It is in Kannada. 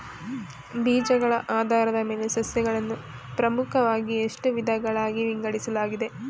ಬೀಜಗಳ ಆಧಾರದ ಮೇಲೆ ಸಸ್ಯಗಳನ್ನು ಪ್ರಮುಖವಾಗಿ ಎಷ್ಟು ವಿಧಗಳಾಗಿ ವಿಂಗಡಿಸಲಾಗಿದೆ?